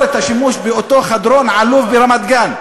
את השימוש באותו חדרון עלוב ברמת-גן.